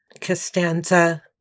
Costanza